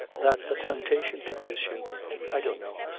that the temptation to kiss you i don't know.